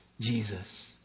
Jesus